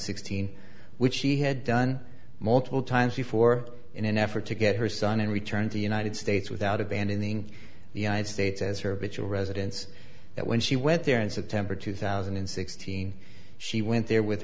sixteen which she had done multiple times before in an effort to get her son and returned the united states without abandoning the united states as her bitch residence that when she went there in september two thousand and sixteen she went there with